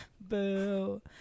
Boo